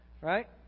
Right